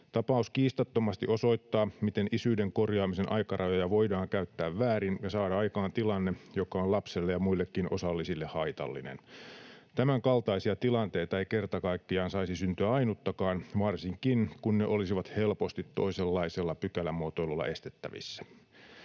Tapaus kiistattomasti osoittaa, miten isyyden korjaamisen aikarajoja voidaan käyttää väärin ja saada aikaan tilanne, joka on lapselle ja muillekin osallisille haitallinen. Tämänkaltaisia tilanteita ei kerta kaikkiaan saisi syntyä ainuttakaan, varsinkaan kun ne olisivat helposti toisenlaisella pykälämuotoilulla estettävissä.